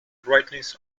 brightness